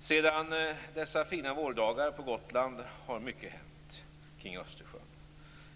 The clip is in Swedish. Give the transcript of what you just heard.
Sedan dessa fina vårdagar på Gotland har mycket hänt kring Östersjön.